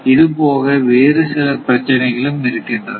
இது போக வேறு சில பிரச்சினைகளும் இருக்கின்றன